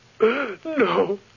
No